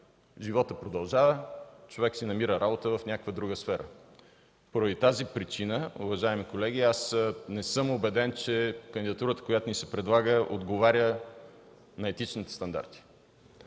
животът продължава, човек си намира работа в някаква друга сфера. Поради тази причина, уважаеми колеги, не съм убеден, че кандидатурата, която ни се предлага, отговаря на етичните стандарти.